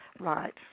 Right